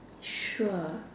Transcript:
sure